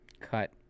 cut